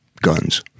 guns